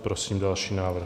Prosím další návrh.